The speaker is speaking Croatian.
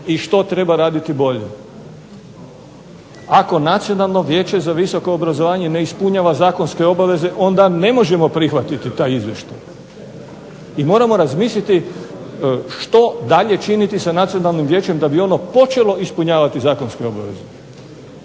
i što treba raditi bolje. Ako Nacionalno vijeće za visoko obrazovanje ne ispunjava zakonske obaveze, onda ne možemo prihvatiti taj izvještaj, i moramo razmisliti što dalje činiti sa nacionalnim vijećem da bi ono počelo ispunjavati zakonske obaveze.